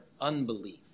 unbelief